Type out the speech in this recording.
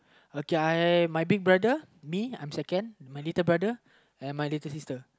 okay I my big brother me I'm second my little brother and my little sister